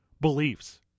beliefs